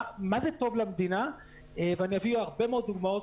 מה זה טוב למדינה ואני אביא הרבה מאוד דוגמאות